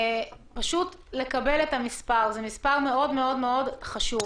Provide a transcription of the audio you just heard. פשוט לקבל את המספר, זה מספר מאוד מאוד חשוב.